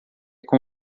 com